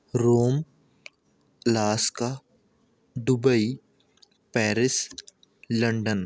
Rome alaska Dubai Paris London